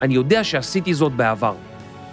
אני יודע שעשיתי זאת בעבר.